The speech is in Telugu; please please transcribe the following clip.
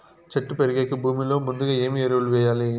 చెట్టు పెరిగేకి భూమిలో ముందుగా ఏమి ఎరువులు వేయాలి?